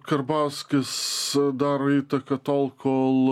karbauskis daro įtaką tol kol